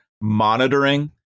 monitoring